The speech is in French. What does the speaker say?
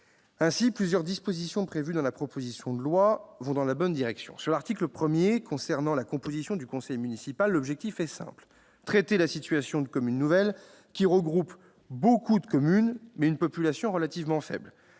Ainsi, plusieurs dispositions de la proposition de loi vont dans la bonne direction. Concernant l'article 1relatif à la composition du conseil municipal, l'objectif est simple : traiter la situation de communes nouvelles qui regroupent beaucoup de communes, mais une population relativement faible.